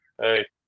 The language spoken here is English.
hey